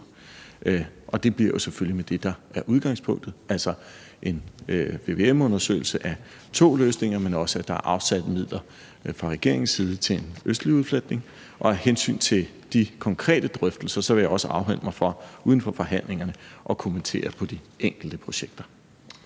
Og det bliver selvfølgelig med det, der er udgangspunktet, altså en vvm-undersøgelse af to løsninger, men også, at der fra regeringens side er afsat midler til en østlig udfletning. Af hensyn til de konkrete drøftelser vil jeg også afholde mig fra at kommentere på de enkelte projekter